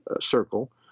circle